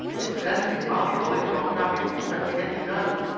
if there's anything valuable in your cabin, you'd better get it out.